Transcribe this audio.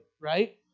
right